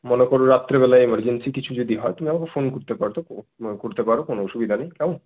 মনে করো রাত্রেবেলা এমারজেন্সি কিছু যদি হয় তুমি আমাকে ফোন করতে পারো করতে পারো কোনো অসুবিধা নেই কেমন